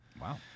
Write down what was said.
Wow